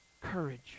courage